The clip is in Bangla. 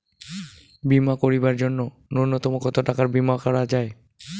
বীমা করিবার জন্য নূন্যতম কতো টাকার বীমা করা যায়?